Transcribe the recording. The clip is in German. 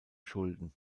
schulden